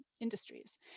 industries